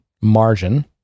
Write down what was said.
margin